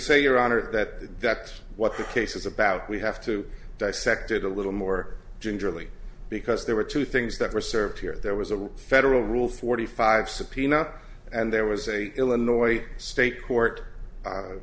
say your honor that that's what the case is about we have to dissect it a little more gingerly because there were two things that were served here there was a federal rule forty five subpoena and there was a illinois state court